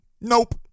nope